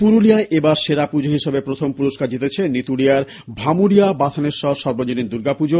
পুরুলিয়ায় এবার সেরা পুজো হিসেবে প্রথম পুরস্কার জিতেছে নিতুড়িয়ার ভামুরিয়া বাথানেশ্বর সর্বজনীন দুর্গাপুজো